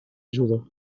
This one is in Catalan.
ajuda